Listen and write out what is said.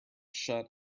shut